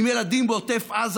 אם ילדים בעוטף עזה,